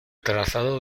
trazado